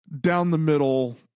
down-the-middle